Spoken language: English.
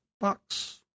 box